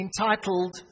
Entitled